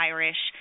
Irish